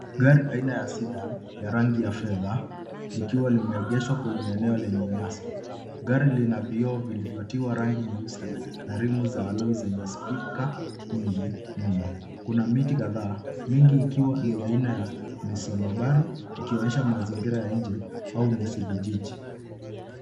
Gari aina ya Sedan, la rangi ya fedha, likiwa limeegeshwa kwenye eneo lenye nyasi. Gari lina vioo vilivyotiwa rangi nyeusi na rimu za aloi za aloi zenye spika nyingi, nyuma. Kuna miti kadhaa, mingi ikiwa ni aina ya misonobari, ikionyesha mazingira ya nje au nusu vijijini.